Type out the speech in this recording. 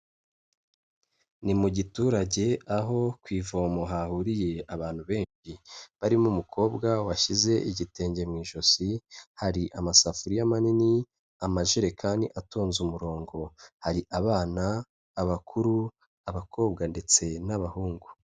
Ni mu giturage, aho ku ivomo hahuriye abantu benshi, barimo umukobwa washyize igitenge mu ijosi, hari amasafuriya manini, amajerekani atonze umurongo, hari abana, abakuru, abakobwa ndetse n'abahungu.